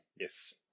Yes